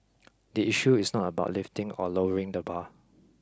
the issue is not about lifting or lowering the bar